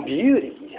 beauty